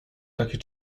takie